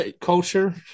culture